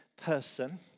person